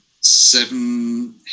Seven